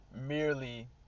merely